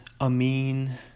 Amin